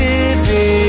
Living